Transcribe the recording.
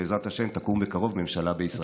כשבעזרת השם תקום בקרוב ממשלה בישראל.